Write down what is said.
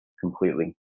completely